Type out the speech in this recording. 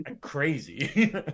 crazy